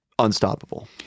unstoppable